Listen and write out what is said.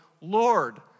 Lord